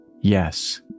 yes